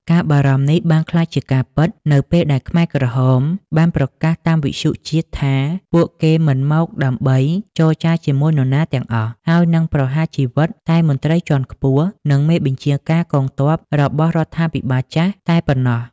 ការបារម្ភនេះបានក្លាយជាការពិតនៅពេលដែលខ្មែរក្រហមបានប្រកាសតាមវិទ្យុជាតិថា ពួកគេមិនមកដើម្បីចរចាជាមួយនរណាទាំងអស់ ហើយនឹងប្រហារជីវិតតែមន្ត្រីជាន់ខ្ពស់ និងមេបញ្ជាការកងទ័ពរបស់រដ្ឋាភិបាលចាស់តែប៉ុណ្ណោះ។